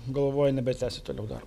galvoja nebetęsti toliau dar